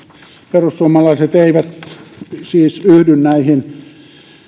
perussuomalaiset eivät siis yhdy näihin